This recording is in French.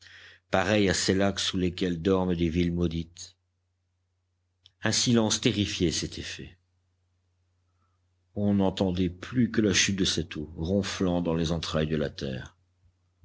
pareil à ces lacs sous lesquels dorment des villes maudites un silence terrifié s'était fait on n'entendait plus que la chute de cette eau ronflant dans les entrailles de la terre